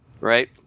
Right